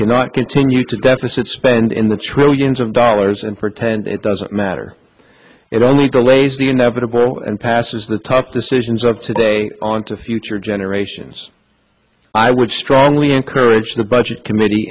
cannot continue to deficit spend in the trillions of dollars and pretend it doesn't matter it only delays the inevitable and passes the tough decisions of today on to future generations i would strongly encourage the budget committee